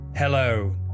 Hello